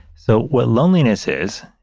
so what loneliness is,